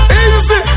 Easy